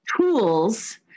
tools